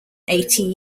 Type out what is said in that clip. eighty